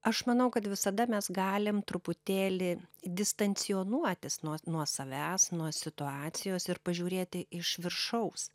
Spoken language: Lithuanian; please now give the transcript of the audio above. aš manau kad visada mes galim truputėlį distancionuotis nuo nuo savęs nuo situacijos ir pažiūrėti iš viršaus